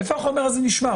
איפה החומר הזה נשמר?